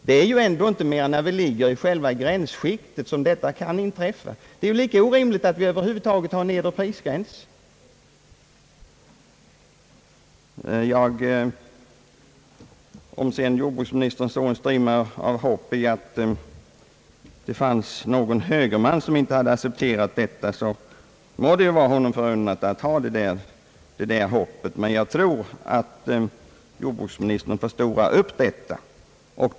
Det är ju ändå endast då priserna ligger alldeles intill respektive prisgränser, i praktiken den nedre, som dessa — enligt jordbruksministern — manipulationer kan ske. Om jordbruksministern såg en strimma av hopp i det faktum att det fanns någon högerman som inte hade accepterat detta system, må de vara honom förunnat att hysa detta hopp. Jag tror dock att jordbruksministern förstorar det hela.